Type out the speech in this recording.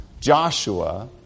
Joshua